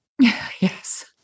Yes